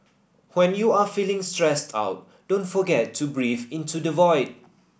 when you are feeling stressed out don't forget to breathe into the void